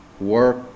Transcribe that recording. work